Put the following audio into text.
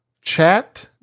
Chat